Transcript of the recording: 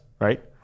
right